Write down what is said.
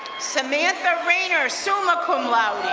samantha reina, summa cum laude.